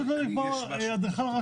-- למה פשוט לא לקרוא לו אדריכל רשוי?